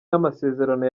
n’amasezerano